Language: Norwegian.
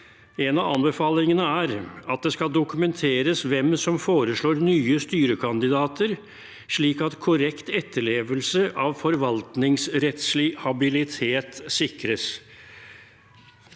En av anbefalingene er at det skal dokumenteres hvem som foreslår nye styrekandidater, slik at korrekt etterlevelse av forvaltningsrettslig habilitet sikres.